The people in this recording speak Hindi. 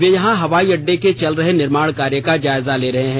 वे यहां हवाई अड़डे के चल रहे निर्माण कार्य का जायजा ले रहे हैं